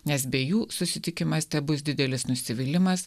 nes be jų susitikimas tebus didelis nusivylimas